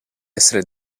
essere